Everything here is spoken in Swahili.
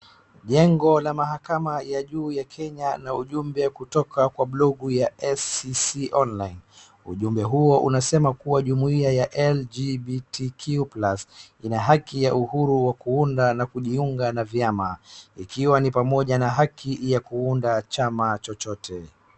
Jengo la mahakama ya juu ya Kenya na ujumbe kutoka kwa blogu ya SCC Online . Ujumbe huo unasema kuwa jumuia ya LGBTQ+ ina haki ya uhuru ya kuunda na kujiunga na vyama ikiwa ni pamoja na haki ya kuunda chama chochote.